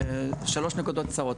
שלוש נקודות קצרות.